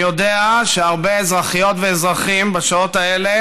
אני יודע שהרבה אזרחיות ואזרחים בשעות האלה